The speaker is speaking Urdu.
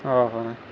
او ہو